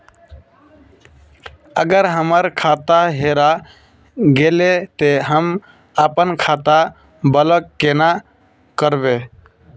अगर हमर खाता हेरा गेले ते हम अपन खाता ब्लॉक केना करबे?